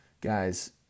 Guys